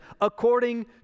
according